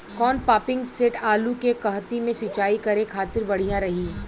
कौन pumping set आलू के कहती मे सिचाई करे खातिर बढ़िया रही?